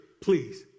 please